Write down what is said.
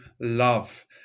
love